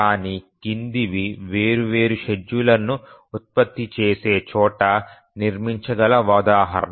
కానీ కిందివి వేర్వేరు షెడ్యూల్లను ఉత్పత్తి చేసే చోట నిర్మించగల ఉదాహరణ